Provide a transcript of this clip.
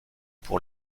pour